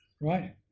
Right